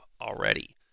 already